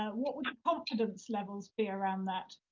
um what would the confidence levels be around that?